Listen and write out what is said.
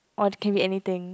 or j~ can be anything